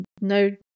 no